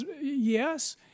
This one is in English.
Yes